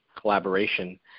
collaboration